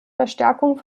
verstärkung